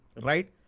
right